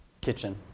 kitchen